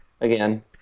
again